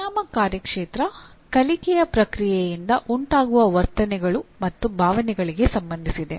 ಪರಿಣಾಮ ಕಾರ್ಯಕ್ಷೇತ್ರ ಕಲಿಕೆಯ ಪ್ರಕ್ರಿಯೆಯಿಂದ ಉಂಟಾಗುವ ವರ್ತನೆಗಳು ಮತ್ತು ಭಾವನೆಗಳಿಗೆ ಸಂಬಂಧಿಸಿದೆ